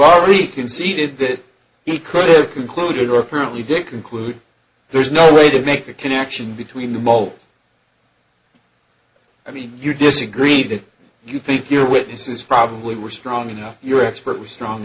already conceded that he could have concluded or apparently did conclude there's no way to make a connection between the mole i mean you disagreed and you think your witnesses probably were strong enough your expert was strong